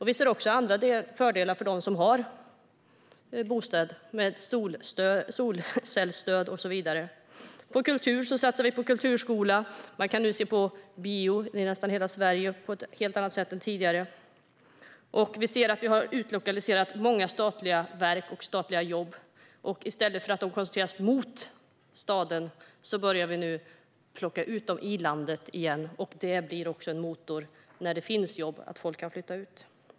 Vi ser också andra fördelar för dem som har bostäder med solcellsstöd och så vidare. Vi satsar på kulturskola. Man kan nu se på bio i nästan hela Sverige på ett helt annat sätt än tidigare. Vi har utlokaliserat många statliga verk och statliga jobb. I stället för att de koncentreras till staden börjar vi nu utlokalisera dem i landet igen. Att det finns jobb där blir också en motor för att folk kan flytta dit.